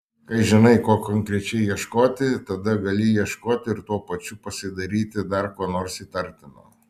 kai žinai ko konkrečiai ieškoti tada gali ieškoti ir tuo pačiu pasidairyti dar ko nors įtartino